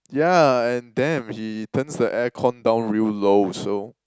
yeah and damn he turns the air con down real low so